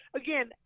again